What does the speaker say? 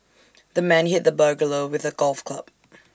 the man hit the burglar with A golf club